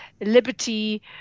Liberty